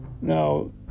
Now